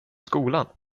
skolan